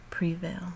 Prevail